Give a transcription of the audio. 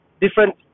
different